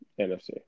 NFC